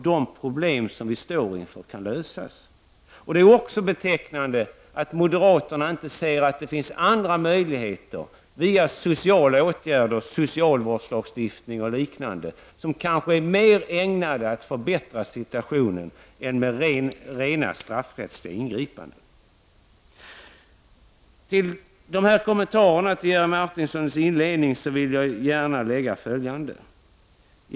Det är också betecknande att moderaterna inte ser några andra möjligheter, via sociala åtgärder, socialvårdslagstiftning och liknande. Sådana är kanske mer ägnade att förbättra situationen än rent straffrättsliga ingripanden. Till dessa kommentarer till Jerry Martingers inledningsanförande vill jag gärna lägga följande.